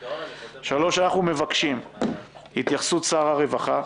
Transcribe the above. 3) הוועדה מבקשת את התייחסות שר הרווחה,